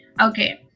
okay